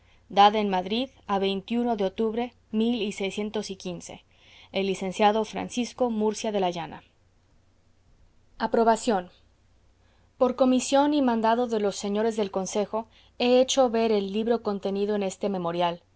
dada en madrid a veinte y uno de otubre mil y seiscientos y quince el licenciado francisco murcia de la llana aprobaciones aprobación por comisión y mandado de los señores del consejo he hecho ver el libro contenido en este memorial